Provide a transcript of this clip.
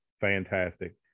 fantastic